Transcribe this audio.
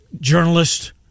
journalist